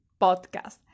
Podcast